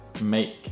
make